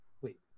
wait